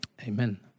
Amen